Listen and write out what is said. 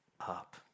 up